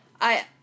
I-